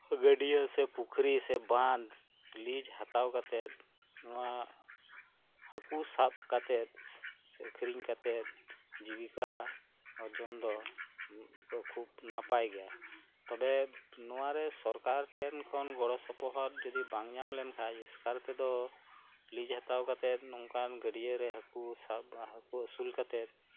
ᱜᱟᱹᱰᱭᱟᱹ ᱥᱮ ᱯᱩᱠᱷᱨᱤ ᱥᱮ ᱵᱟᱸᱫ ᱞᱤᱡ ᱦᱟᱛᱟᱣ ᱠᱟᱛᱮᱫ ᱱᱚᱣᱟ ᱦᱟᱠᱩ ᱥᱟᱵ ᱠᱟᱛᱮᱫ ᱟᱹᱠᱷᱨᱤᱧ ᱠᱟᱛᱮᱫ ᱡᱤᱵᱤᱠᱟ ᱚᱨᱡᱚᱱ ᱫᱚ ᱠᱷᱩᱵ ᱱᱟᱯᱟᱭ ᱜᱮᱭᱟ ᱛᱚᱵᱮ ᱱᱚᱣᱟᱨᱮ ᱥᱚᱨᱠᱟᱨ ᱴᱷᱮᱱ ᱠᱷᱚᱱ ᱜᱚᱲᱚ ᱥᱚᱯᱚᱦᱚᱫ ᱡᱚᱫᱤ ᱵᱟᱝ ᱧᱟᱢ ᱞᱮᱱᱠᱷᱟᱡ ᱮᱥᱠᱟᱨ ᱛᱮᱫᱚ ᱞᱤᱡᱽ ᱦᱟᱛᱟᱣ ᱠᱟᱛᱮᱫ ᱱᱚᱝᱠᱟᱱ ᱜᱟᱹᱰᱭᱟᱹ ᱨᱮ ᱦᱟᱠᱩ ᱥᱟᱵ ᱦᱟᱹᱠᱩ ᱟᱹᱥᱩᱞ ᱠᱟᱛᱮᱫ